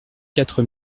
quatre